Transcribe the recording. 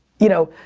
you know.